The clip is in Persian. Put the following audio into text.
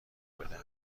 بدهد